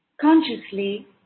Consciously